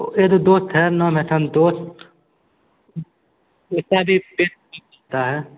एगो दोस्त है नाम है संतोष उसता भी पेट ता है